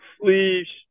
sleeves